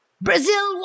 Brazil